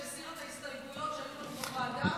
שהסירה את ההסתייגויות שהיו בוועדה,